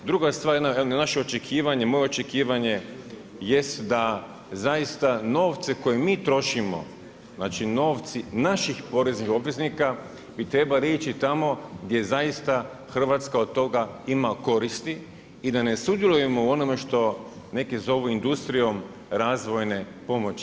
Druga stvar, naše očekivanje, moje očekivanje jest da zaista novce koje mi trošimo, znači novci naših poreznih obveznika bi trebali ići tamo gdje zaista Hrvatska od toga ima koristi i da ne sudjelujemo u onome što neki zovu industrijom razvojne pomoći.